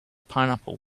pineapple